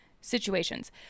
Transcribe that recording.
situations